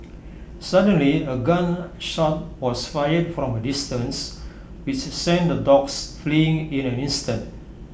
suddenly A gun shot was fired from A distance which sent the dogs fleeing in an instant